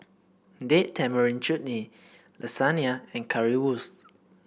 Date Tamarind Chutney Lasagna and Currywurst